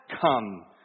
come